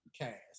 cast